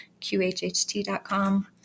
QHHT.com